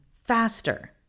faster